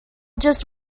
just